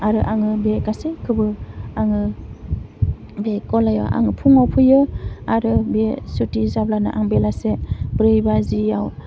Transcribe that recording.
आरो आङो बे गासैखौबो आङो बे गलायाव आङो फुङाव फैयो आरो बे सुथि जाब्लानो आं बेलासे ब्रै बाजियाव